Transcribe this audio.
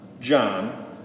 John